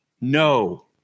no